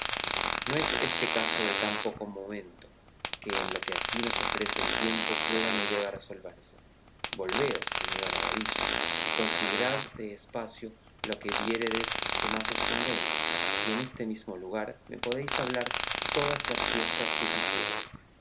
no es este caso de tan poco momento que en los que aquí nos ofrece el tiempo pueda ni deba resolverse volveos señor a la villa y considerad de espacio lo que viéredes que más os convenga y en este mismo lugar me podéis hablar todas las fiestas que quisiéredes al